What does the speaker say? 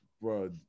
bro